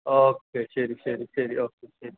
okay ശരി ശരി ശരി ഓക്കെ ശരി